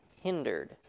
hindered